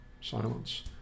silence